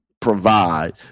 provide